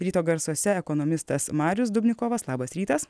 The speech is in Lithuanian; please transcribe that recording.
ryto garsuose ekonomistas marius dubnikovas labas rytas